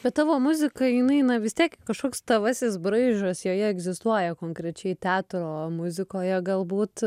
bet tavo muzika jinai na vis tiek kažkoks tavasis braižas joje egzistuoja konkrečiai teatro muzikoje galbūt